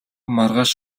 маргааш